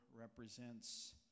represents